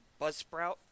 Buzzsprout